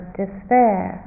despair